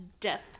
Death